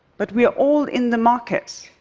but we are all in the market.